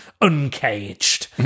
Uncaged